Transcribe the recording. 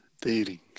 dating